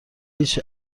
هیچ